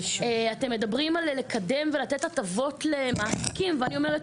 אתם מדברים על לקדם ולתת הטבות למעסיקים ואני אומרת